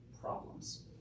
problems